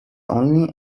only